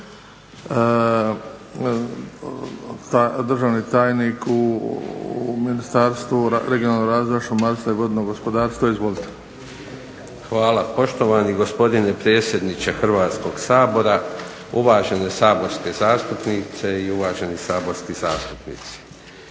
Hvala poštovani gospodine predsjedniče Hrvatskoga sabora, uvažene saborske zastupnice i uvaženi saborski zastupnici.